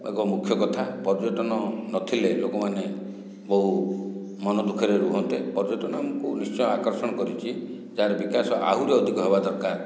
ଏକ ମୁଖ୍ୟ କଥା ପର୍ଯ୍ୟଟନ ନଥିଲେ ଲୋକମାନେ ବହୁ ମନ ଦୁଃଖରେ ରୁହନ୍ତେ ପର୍ଯ୍ୟଟନ ଆମକୁ ନିଶ୍ଚୟ ଆକର୍ଷଣ କରିଛି ଯାହାର ବିକାଶ ଆହୁରି ଅଧିକ ହେବା ଦରକାର